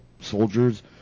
soldiers